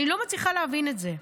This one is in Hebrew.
אני לא מצליחה להבין את זה.